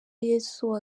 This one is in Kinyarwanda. yesu